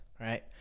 Right